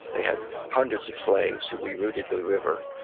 they had hundreds of slaves who rerouted the river,